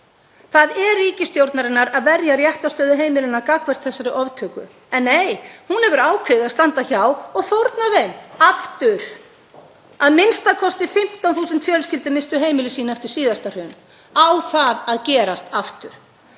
Það er ríkisstjórnarinnar að verja réttarstöðu heimilanna gagnvart þessari oftöku. En nei, hún hefur ákveðið að standa hjá og fórna þeim aftur. Að minnsta kosti 15.000 fjölskyldur misstu heimili sín eftir síðasta hrun. Á það að gerast aftur?